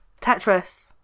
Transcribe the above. Tetris